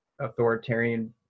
authoritarian